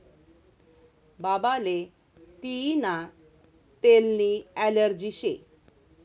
बाबाले तियीना तेलनी ॲलर्जी शे